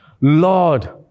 Lord